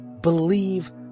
believe